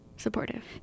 supportive